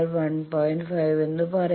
5 എന്ന് പറയാം